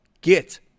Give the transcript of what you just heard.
get